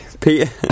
Peter